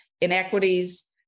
inequities